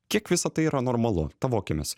kiek visa tai yra normalu tavo akimis